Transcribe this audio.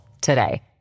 today